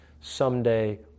someday